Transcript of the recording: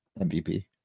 mvp